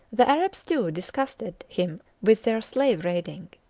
the arabs too disgusted him with their slave-raiding,